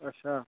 अच्छा